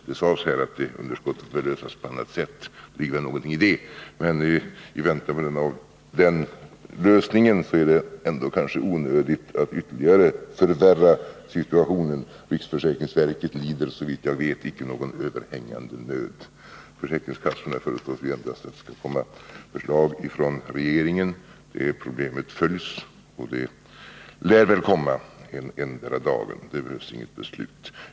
Det sades här att problemet med det underskottet bör lösas på annat sätt. Det ligger något i det, men i väntan på den lösningen är det kanske ändå onödigt att ytterligare förvärra situationen. Riksförsäkringsverket lider såvitt jag vet icke någon överhängande nöd. Beträffande försäkringskassorna föreslås ju endast att det skall komma ett förslag från regeringen. Problemet följs, och det lär väl komma ett förslag endera dagen, så det behövs inte något beslut om det.